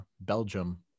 Belgium